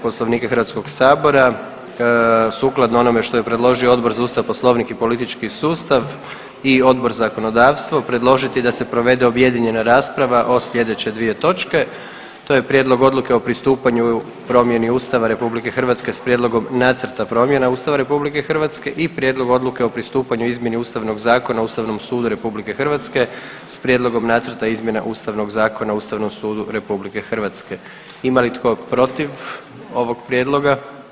Poslovnika Hrvatskog sabora sukladno onome što je predložio Odbor za Ustav, Poslovnik i politički sustav i Odbor za zakonodavstvo predložiti da se provede objedinjena rasprava o slijedeće dvije točke, to je: - Prijedlog Odluke o pristupanju promjeni Ustava RH s Prijedlogom nacrta promjena Ustava RH i - Prijedlog Odluke o pristupanju izmjeni Ustavnog zakona o Ustavnom sudu RH s Prijedlogom nacrta izmjena Ustavnog zakona o Ustavnom sudu RH Ima li tko protiv ovog prijedloga?